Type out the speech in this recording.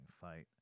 fight